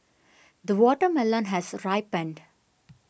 the watermelon has ripened